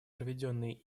проведенные